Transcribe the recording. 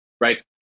right